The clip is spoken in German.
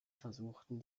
versuchten